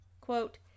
quote